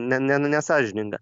ne ne nesąžininga